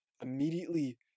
immediately